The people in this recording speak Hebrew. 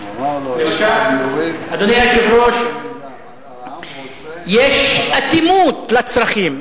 אדוני היושב-ראש, יש אטימות לצרכים.